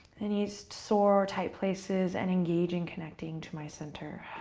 any sore-type places and engaging, connecting to my center.